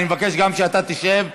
אני מבקש שגם אתה תשב.